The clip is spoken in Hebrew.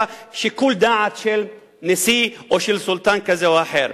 שיקול דעת של נשיא או של סולטן כזה או אחר.